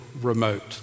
remote